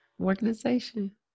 organization